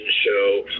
show